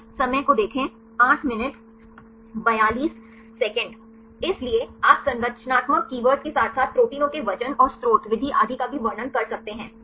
इसलिए आप संरचनात्मक कीवर्ड्स के साथ साथ प्रोटीनों के वजन और स्रोत विधि आदि का भी वर्णन कर सकते हैं सही